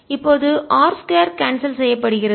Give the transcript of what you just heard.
இப்போது r2 cancel செய்யப்படுகிறது